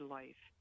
life